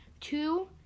two